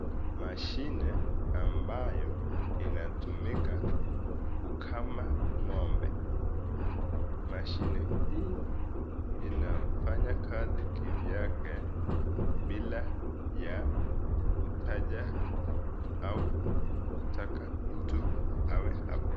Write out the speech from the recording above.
Mashine ambayo inatumika kukama ng'ombe, mashine hii inafanya kazi kivyake bila ya kutaja au kutaka mtu awe hapo.